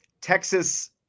Texas